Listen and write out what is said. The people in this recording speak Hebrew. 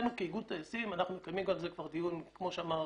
מבחינתנו כאיגוד טייסים אנחנו מקיימים על זה דיון וכמו שאמר